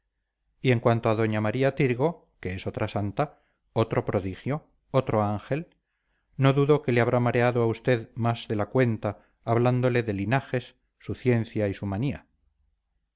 y en cuanto a doña maría tirgo que es otra santa otro prodigio otro ángel no dudo que le habrá mareado a usted más de la cuenta hablándole de linajes su ciencia y su manía